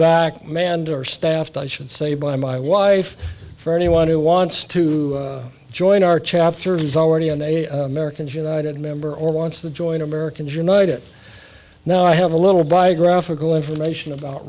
back manned or staffed i should say by my wife for anyone who wants to join our chapter is already on a americans united member or wants to join americans united know i have a little biographical information about